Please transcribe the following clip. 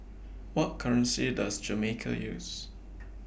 What currency Does Jamaica use